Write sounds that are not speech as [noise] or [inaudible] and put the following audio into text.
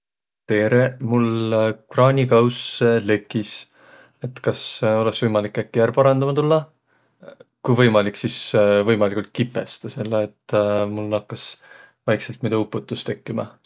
Tere! Mul kraanikauss lekis. Et kas olõs äkki võimalik ärq parandama tullaq? Ku võimalik, sis [hesitation] võimaligult kipõstõ, selle et [hesitation] mul nakkas vaiksõlt muido uputus tekkümä.